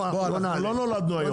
אנחנו לא נולדנו היום.